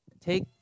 Take